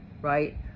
Right